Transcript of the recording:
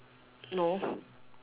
no